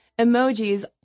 emojis